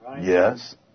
Yes